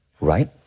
right